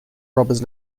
robbers